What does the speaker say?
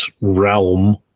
realm